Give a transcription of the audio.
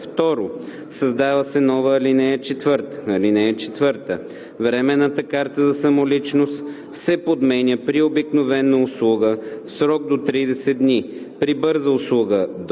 2. Създава се нова ал. 4: „(4) Временната карта за самоличност се подменя при обикновена услуга в срок до 30 дни, при бърза услуга –